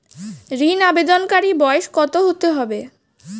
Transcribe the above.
ঋন আবেদনকারী বয়স কত হতে হবে?